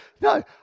No